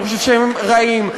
אני חושב שהם רעים,